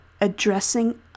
addressing